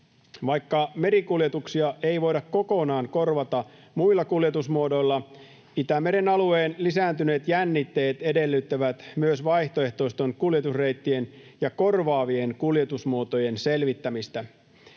Vaikka merikuljetuksia ei voida kokonaan korvata muilla kuljetusmuodoilla, Itämeren alueen lisääntyneet jännitteet edellyttävät myös vaihtoehtoisten kuljetusreittien ja korvaavien kuljetusmuotojen selvittämistä.